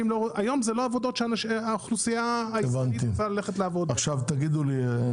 היום זה לא עבודות שהאוכלוסייה הישראלית רוצה ללכת לעבוד בה.